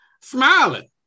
smiling